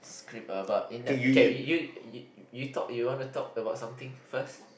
script about in depth okay you you talk you want to talk about something first